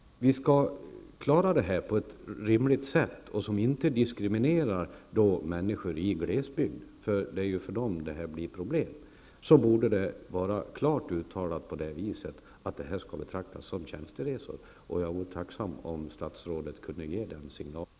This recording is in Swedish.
För att vi skall klara det här på ett rimligt sätt som inte diskriminerar människor i glesbygd — det ju för dem som detta blir ett problem — borde det vara klart uttalat att resorna skall betraktas som tjänsteresor. Jag vore tacksam om statsrådet kunde ge den signalen.